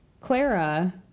Clara